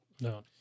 no